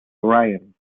orion